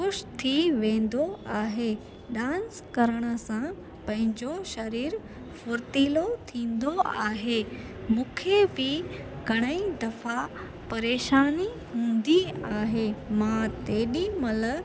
ख़ुशि थी वेंदो आहे डांस करण सां पंहिंजो शरीरु फुर्तीलो थींदो आहे मूंखे बि घणेई दफ़ा परेशानी हूंदी आहे मां तेॾीमहिल